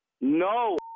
no